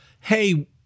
hey